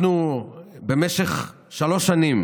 אנחנו במשך שלוש שנים